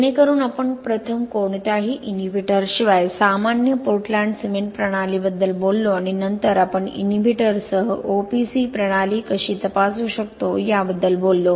जेणेकरुन आपण प्रथम कोणत्याही इनहिबिटरशिवाय सामान्य पोर्टलँड सिमेंट प्रणालीबद्दल बोललो आणि नंतर आपण इनहिबिटरसह OPC प्रणाली कशी तपासू शकतो याबद्दल बोललो